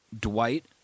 Dwight